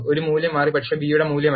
ഒരു മൂല്യം മാറി പക്ഷേ ബി യുടെ മൂല്യമല്ല